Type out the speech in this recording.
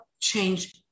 change